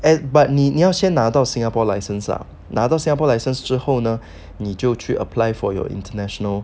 and but 你要先拿到 singapore license lah 拿到 singapore license 之后呢你就去 apply for your international